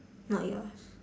not yours